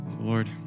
Lord